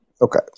Okay